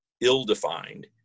ill-defined